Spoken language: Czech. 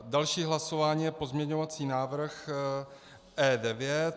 Další hlasování je pozměňovací návrh E9.